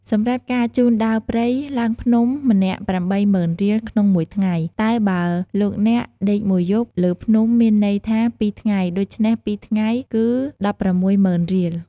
សម្រាប់ការជូនដើរព្រៃ ឡើងភ្នំ ម្នាក់៨០,០០០រៀល ក្នុងមួយថ្ងៃ តែបើលោកអ្នក ដេកមួយយប់លើភ្នំមានន័យថា២ថ្ងៃ ដូច្នេះ២ថ្ងៃ គឺ១៦០,០០០រៀល។